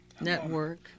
Network